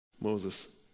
Moses